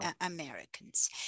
Americans